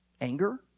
Anger